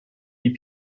die